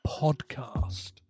podcast